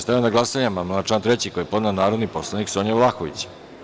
Stavljam na glasanje amandman na član 3. koji je podnela narodni poslanik Sonja Vlahović.